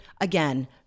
again